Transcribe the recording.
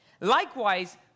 Likewise